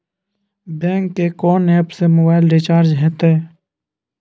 Bank के कोन app से मोबाइल रिचार्ज हेते?